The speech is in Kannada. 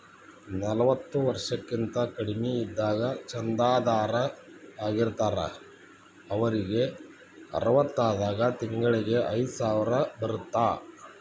ನಲವತ್ತ ವರ್ಷಕ್ಕಿಂತ ಕಡಿಮಿ ಇದ್ದಾಗ ಚಂದಾದಾರ್ ಆಗಿರ್ತಾರ ಅವರಿಗ್ ಅರವತ್ತಾದಾಗ ತಿಂಗಳಿಗಿ ಐದ್ಸಾವಿರ ಬರತ್ತಾ